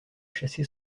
chassé